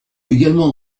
également